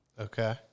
Okay